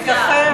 מככב,